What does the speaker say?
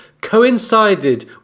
coincided